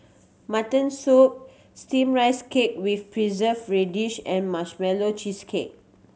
mutton soup Steamed Rice Cake with Preserved Radish and Marshmallow Cheesecake